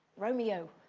romeo,